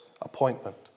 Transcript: appointment